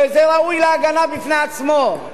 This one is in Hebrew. שזה ראוי להגנה בפני עצמו.